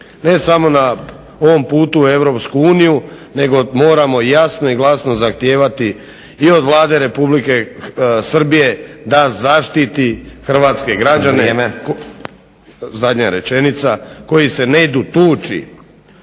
ne samo na ovom putu u Europsku uniju nego moramo jasno i glasno zahtijevati i od Vlade Republike Srbije da zaštiti hrvatske građane… **Stazić, Nenad